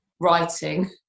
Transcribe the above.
writing